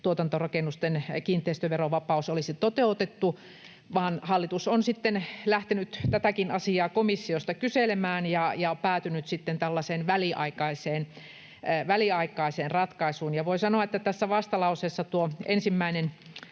tuotantorakennusten kiinteistöverovapaus olisi toteutettu, vaan hallitus on sitten lähtenyt tätäkin asiaa komissiosta kyselemään ja päätynyt sitten tällaiseen väliaikaiseen ratkaisuun. Voi sanoa, että tässä vastalauseessa tuo ensimmäinen